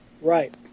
Right